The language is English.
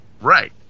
Right